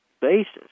basis